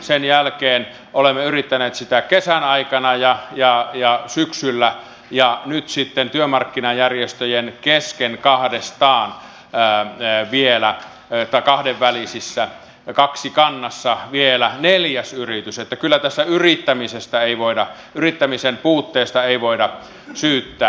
sen jälkeen olemme yrittäneet sitä kesän aikana ja syksyllä ja nyt sitten työmarkkinajärjestöjen kesken kahdesta tää menee vielä että kahdenvälisissä ja kahdestaan kaksikannassa vielä neljäs yritys että ei tässä kyllä yrittämisen puutteesta voida syyttää